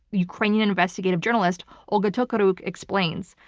ukrainian investigative journalist olga tokariuk explains.